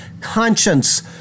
conscience